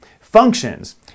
functions